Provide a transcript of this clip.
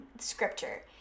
Scripture